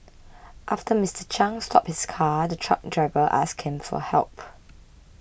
after Mister Chiang stopped his car the truck driver asked him for help